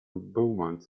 beaumont